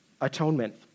atonement